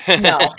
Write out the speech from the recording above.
no